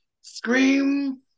Scream